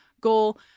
goal